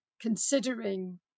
considering